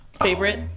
Favorite